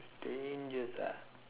strangest ah